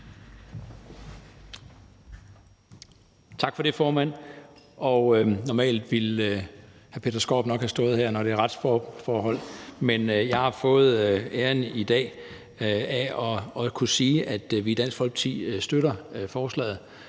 Tak for det, formand. Normalt ville hr. Peter Skaarup nok have stået her, da det handler om retsforhold, men jeg har fået æren i dag af at kunne sige, at vi i Dansk Folkeparti støtter forslaget.